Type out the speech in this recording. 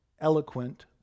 eloquent